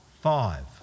Five